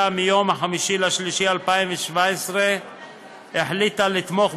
הקרב הצבאי ואלה שנלחמים בה